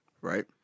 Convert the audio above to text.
right